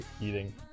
eating